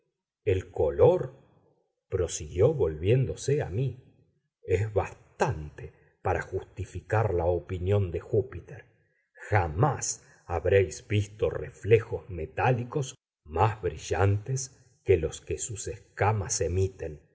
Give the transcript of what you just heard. el color prosiguió volviéndose a mí es bastante para justificar la opinión de júpiter jamás habréis visto reflejos metálicos más brillantes que los que sus escamas emiten